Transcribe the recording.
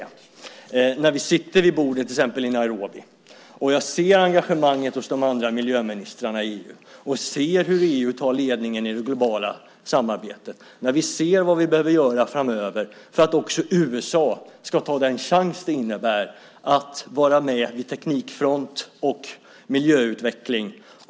Det gäller när vi sitter vid bordet till exempel i Nairobi och ser engagemanget hos de andra miljöministrarna i EU, ser hur EU tar ledningen i det globala samarbetet och ser vad vi behöver göra framöver för att också USA ska ta den chans som det innebär att vara med i fråga om teknikfront och miljöutveckling.